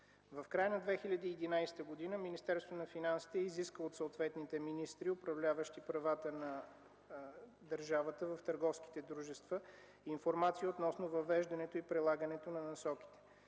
на финансите изиска от съответните министри, управляващи правата на държавата в търговските дружества, информация относно въвеждането и прилагането на насоките.